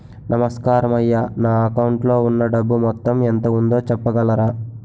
నమస్కారం అయ్యా నా అకౌంట్ లో ఉన్నా డబ్బు మొత్తం ఎంత ఉందో చెప్పగలరా?